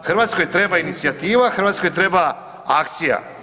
Hrvatskoj treba inicijativa, Hrvatskoj treba akcija.